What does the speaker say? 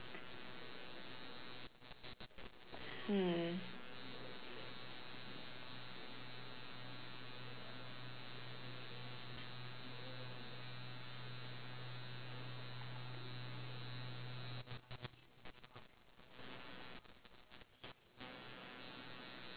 hmm